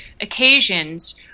occasions